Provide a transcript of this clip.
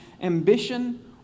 ambition